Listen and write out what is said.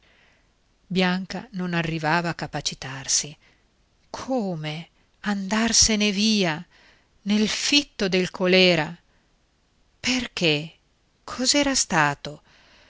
bianca non arrivava a capacitarsi come andarsene via nel fitto del colèra perché cos'era stato